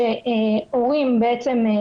לצערי לא.